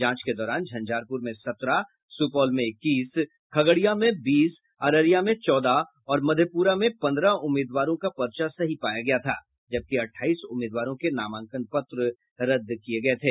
जांच के दौरान झंझारपुर में सत्रह सुपौल में इक्कीस खगड़िया में बीस अररिया में चौदह और मधेपुरा में पंद्रह उम्मीदवारों का पर्चा सही पाया गया था जबकि अठाईस उम्मीदवारों के नामांकन पत्र रद्द किये गये थे